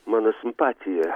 mano simpatija